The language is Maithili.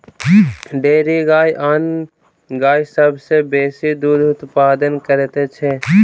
डेयरी गाय आन गाय सभ सॅ बेसी दूध उत्पादन करैत छै